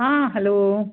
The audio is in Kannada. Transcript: ಹಾಂ ಹಲೋ